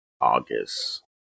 August